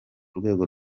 rwego